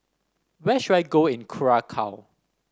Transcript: where should I go in Curacao